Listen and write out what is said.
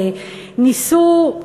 שניסו,